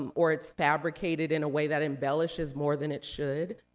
um or it's fabricated in a way that embellishes more than it should,